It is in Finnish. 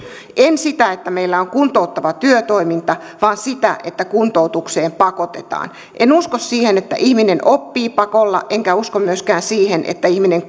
en sitä että meillä on kuntouttava työtoiminta vaan sitä että kuntoutukseen pakotetaan en usko siihen että ihminen oppii pakolla enkä usko myöskään siihen että ihminen